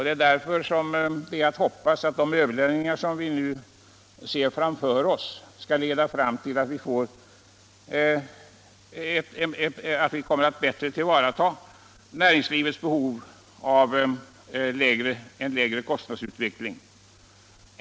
Det är därför att hoppas att de överläggningar vi nu ser framför oss skall leda till att man bättre tillgodoser näringslivets behov av en lägre kostnadsutveckling.